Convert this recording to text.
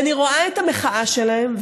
ואני רואה את המחאה שלהם.